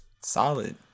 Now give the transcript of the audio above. Solid